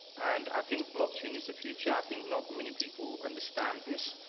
and i think blockchain is the future. i think not many people understand this,